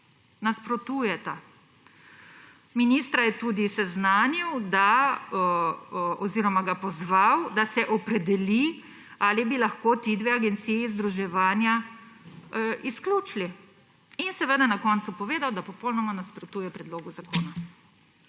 Nasprotujeta. Ministra je tudi pozval, da se opredeli, ali bi lahko ti dve agenciji iz združevanja izključili. Na koncu je povedal, da popolnoma nasprotuje predlogu zakona.